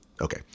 okay